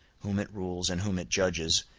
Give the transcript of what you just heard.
whom it rules, and whom it judges,